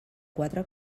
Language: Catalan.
quatre